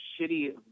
shitty